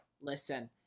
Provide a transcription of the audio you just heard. listen